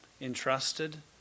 Entrusted